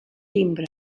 timbre